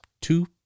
two